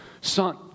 son